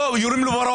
ואם לא יורים בו בראש.